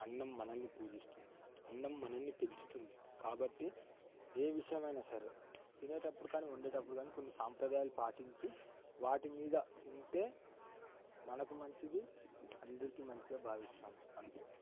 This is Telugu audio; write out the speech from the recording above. అన్నం మనల్ని పూజిస్తుంది అన్నం మనల్ని పెంచుతుంది కాబట్టి ఏ విషయమైనా సరే తినేటప్పుడు కానీ ఉండేటప్పుడు కానీ కొన్ని సాంప్రదాయాలు పాటించి వాటి మీద ఉంటే మనకు మంచిది అందరికీ మంచిగా భావిస్తాం అంతే